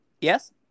Yes